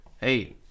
Hey